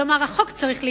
כלומר, החוק צריך להתבטל.